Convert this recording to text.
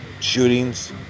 shootings